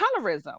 colorism